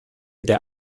der